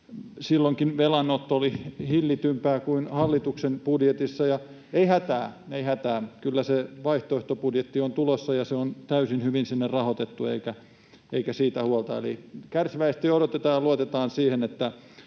silloinkin velanotto oli hillitympää kuin hallituksen budjetissa. Ja ei hätää, ei hätää, kyllä se vaihtoehtobudjetti on tulossa ja se on täysin hyvin sinne rahoitettu, eikä siitä huolta. Eli kärsivällisesti odotetaan ja luotetaan siihen, että